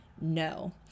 No